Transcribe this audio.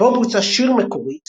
בו בוצע שיר מקורי,